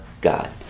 God